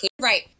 right